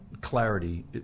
clarity